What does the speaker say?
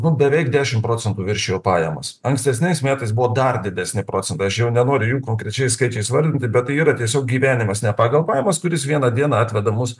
nu beveik dešim procentų viršijo pajamas ankstesniais metais buvo dar didesni procentai aš jau nenoriu jų konkrečiais skaičiais vardinti bet tai yra tiesiog gyvenimas ne pagal pajamas kuris vieną dieną atveda mus